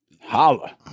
Holla